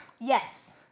Yes